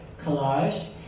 collage